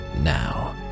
Now